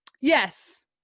Yes